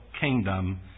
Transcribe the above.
kingdom